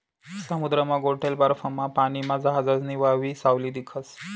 समुद्रमा गोठेल बर्फमाना पानीमा जहाजनी व्हावयी सावली दिखस